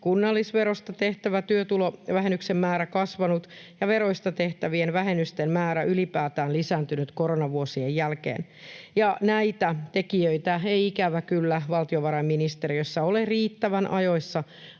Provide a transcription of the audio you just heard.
kunnallisverosta tehtävän työtulovähennyksen määrä kasvanut ja veroista tehtävien vähennysten määrä ylipäätään lisääntynyt koronavuosien jälkeen. Näitä tekijöitä ei, ikävä kyllä, valtiovarainministeriössä ole riittävän ajoissa